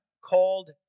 called